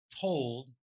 told